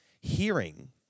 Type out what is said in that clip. Hearing